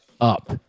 up